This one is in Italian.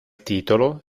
titolo